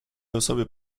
osoby